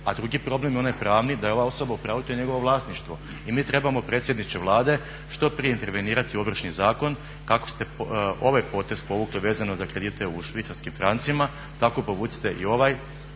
a drugi problem je onaj pravni, da je ova osoba u pravu, to je njegovo vlasništvo. I mi trebamo predsjedniče Vlade, što prije intervenirati u Ovršni zakon. Kako ste ovaj potez povukli vezano za kredite u švicarskim francima, tako povucite i ovaj